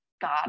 God